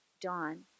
Dawn